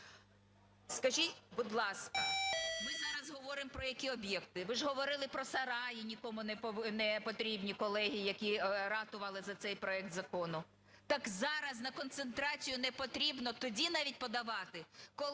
Скажіть, будь ласка, ми зараз говоримо про які об'єкти? Ви ж говорили про сараї, нікому не потрібні, колеги, які ратували за цей проект закону. Так зараз на концентрацію не потрібно тоді навіть подавати, коли